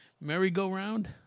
Merry-Go-Round